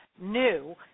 new